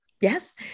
yes